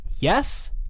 Yes